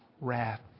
Wrath